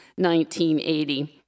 1980